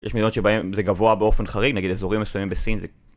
יש מדינות שבהן זה גבוה באופן חריג, נגיד אזורים מסוימים בסין זה...